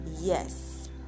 yes